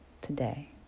today